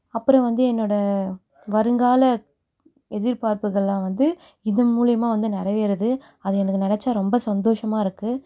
அப்புறம் வந்து என்னோடய வருங்கால எதிர்பார்ப்புகள்லாம் வந்து இது மூலிமா வந்து நிறைவேறுது அதை எனக்கு நினச்சா ரொம்ப சந்தோஷமாக இருக்குது